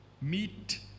Meet